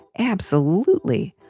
absolutely.